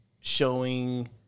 Showing